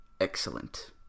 Excellent